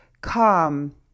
calm